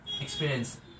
experience